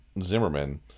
Zimmerman